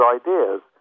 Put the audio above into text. ideas